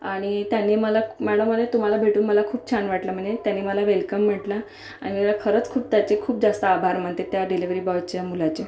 आणि त्याने मला मॅडम म्हणे तुम्हाला भेटून मला खूप छान वाटलं म्हणे त्याने मला वेलकम म्हटलं आणि खरंच खूप त्याचे खूप जास्त आभार मानते त्या डिलेवरी बॉयच्या मुलाचे